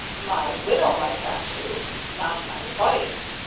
my widow might have to not my wife.